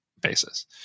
basis